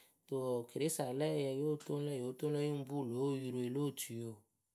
kɨto wǝǝ keresa lǝ ǝyǝ yóo toŋ lǝ yóo toŋ lǝ yɨŋ puu lǒ oyuroe lo otuyǝ oo.